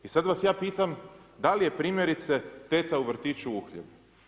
I sad vas ja pitam, da li je primjerice teta u vrtiću uhljeb?